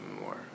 more